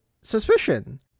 suspicion